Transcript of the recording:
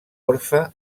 orfe